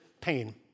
pain